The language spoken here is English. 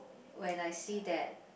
when I see that